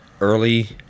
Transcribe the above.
early